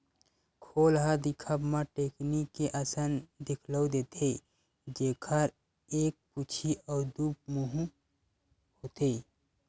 खोल ह दिखब म टेकनी के असन दिखउल देथे, जेखर एक पूछी अउ दू मुहूँ होथे